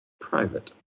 private